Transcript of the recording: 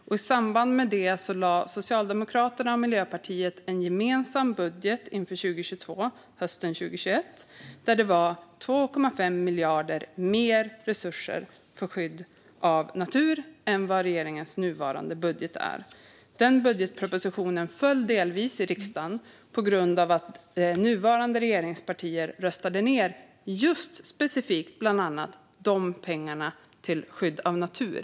I samband med detta lade Socialdemokraterna och Miljöpartiet hösten 2021 en gemensam budget inför 2022 där det var 2,5 miljarder mer i resurser för skydd av natur än vad är fallet i denna regerings nuvarande budget. Denna budgetproposition föll delvis i riksdagen på grund av att nuvarande regeringspartier specifikt röstade ned pengarna till skydd av natur.